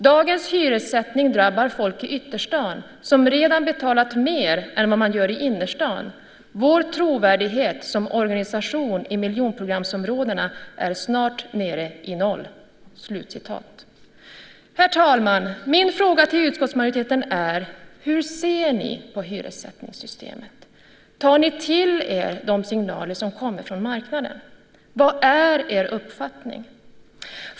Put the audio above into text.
Dagens hyressättning drabbar folk i ytterstan, som redan betalat mer än vad man gör i innerstan. Vår trovärdighet som organisation i miljonprogramsområdena är snart nere på noll." Herr talman! Min fråga till utskottsmajoriteten är: Hur ser ni på hyressättningssystemet? Tar ni till er de signaler som kommer från marknaden? Vad är er uppfattning?